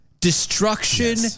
destruction